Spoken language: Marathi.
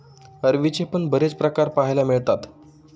अरवीचे पण बरेच प्रकार पाहायला मिळतात